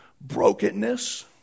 brokenness